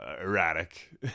erratic